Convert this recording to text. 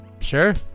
Sure